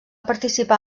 participar